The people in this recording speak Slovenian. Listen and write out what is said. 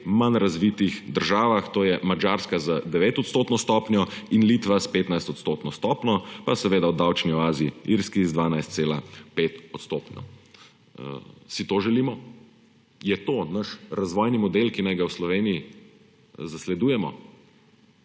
manj razvitih državah, to je Madžarska z 9-odstotno stopnjo in Litva s 15-odstotno stopnjo, pa seveda v davčni oazi Irski z 12,5 %. Si to želimo? Je to naš razvojni model, ki naj ga v Sloveniji zasledujemo?